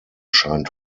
scheint